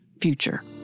future